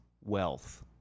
wealth